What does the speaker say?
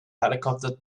helicopter